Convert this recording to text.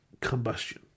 combustion